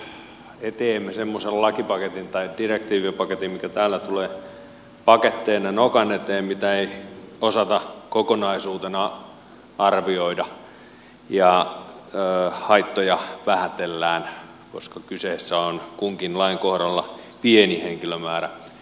eu on taas tuonut eteemme semmoisen lakipaketin direktiivipaketin mikä täällä tulee paketteina nokan eteen mitä ei osata kokonaisuutena arvioida ja haittoja vähätellään koska kyseessä on kunkin lain kohdalla pieni henkilömäärä